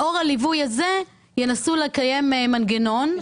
לאור הליווי הזה, ינסו לקיים מנגנון.